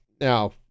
Now